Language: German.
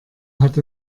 hat